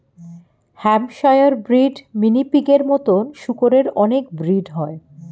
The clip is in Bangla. হ্যাম্পশায়ার ব্রিড, মিনি পিগের মতো শুকরের অনেক ব্রিড হয়